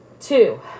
Two